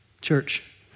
Church